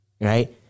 right